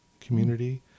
community